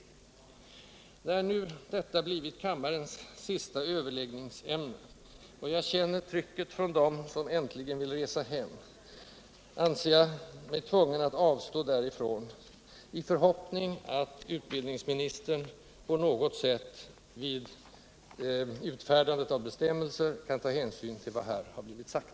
När nu detta blivit kammarens sista överläggningsämne och jag känner trycket från dem som äntligen får resa hem anser jag mig tvungen att avstå därifrån, i förhoppning att utbildningsministern på något sätt vid utfärdandet av bestämmelser skall ta hänsyn till vad som här har blivit sagt.